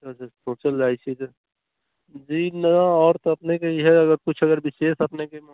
सोचल जाइ छै जे जी ने आओर तऽ अपनेके इएह कुछ अगर विशेष अपनेके